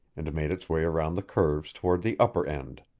and made its way around the curves toward the upper end.